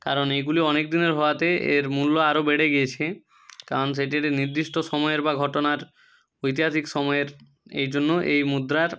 কারণ এইগুলি অনেক দিনের হওয়াতে এর মূল্য আরো বেড়ে গিয়েছে কারণ সেটির নির্দিষ্ট সময়ের বা ঘটনার ঐতিহাসিক সময়ের এই জন্য এই মুদ্রার